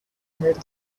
made